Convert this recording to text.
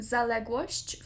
Zaległość